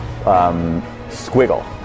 squiggle